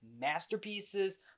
masterpieces